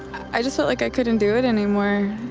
i just felt like i couldn't do it anymore.